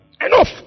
Enough